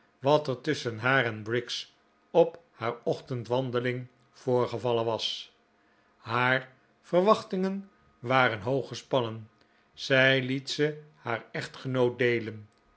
wat er tusschen haar en briggs op haar ochtendwandeling voorgevallen was haar verwachtingen waren hoog gespannen zij liet ze haar echtgenoot deelen